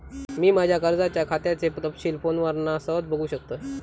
मी माज्या कर्जाच्या खात्याचे तपशील फोनवरना सहज बगुक शकतय